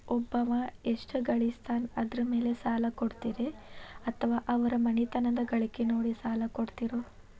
ಒಬ್ಬವ ಎಷ್ಟ ಗಳಿಸ್ತಾನ ಅದರ ಮೇಲೆ ಸಾಲ ಕೊಡ್ತೇರಿ ಅಥವಾ ಅವರ ಮನಿತನದ ಗಳಿಕಿ ನೋಡಿ ಸಾಲ ಕೊಡ್ತಿರೋ?